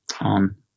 on